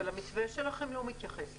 אבל המתווה שלכם לא מתייחס לזה.